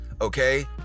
Okay